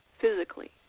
physically